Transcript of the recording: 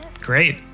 Great